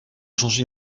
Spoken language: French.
changer